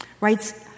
writes